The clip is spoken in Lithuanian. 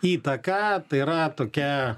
įtaką tai yra tokia